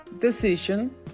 decision